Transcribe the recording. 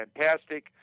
fantastic